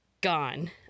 gone